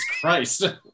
Christ